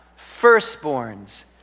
firstborns